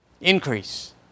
increase